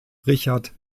richard